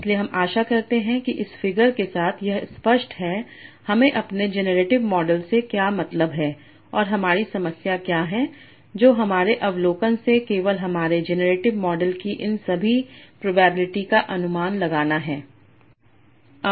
इसलिए हम आशा करते हैं इस फिगर के साथ यह स्पष्ट है हमें अपने जेनेरेटिव मॉडल से क्या मतलब है और हमारी समस्या क्या है जो हमारे अवलोकन से केवल हमारे जेनेरेटिव मॉडल की इन सभी प्रोबेबिलिटी का अनुमान लगाना है